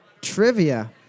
trivia